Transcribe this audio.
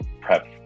prep